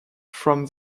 from